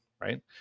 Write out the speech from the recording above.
right